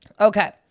Okay